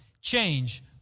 change